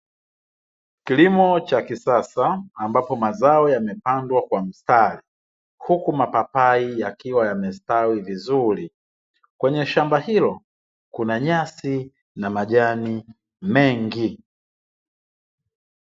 Kilimo cha kisasa, ambapo mazao yamepandwa kwa mstari, huku mapapai yakiwa yamestawi vizuri. Kwenye shamba hilo kuna nyasi na majani mengi.